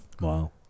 wow